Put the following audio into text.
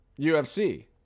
ufc